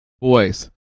boys